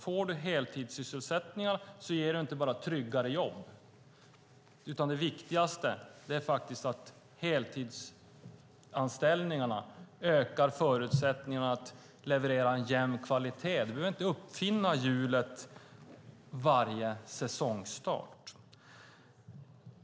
Får man heltidssysselsättningar ger det inte bara tryggare jobb, utan det viktigaste är att heltidsanställningarna ökar förutsättningarna att leverera en jämn kvalitet. Man behöver inte uppfinna hjulet varje säsongstart.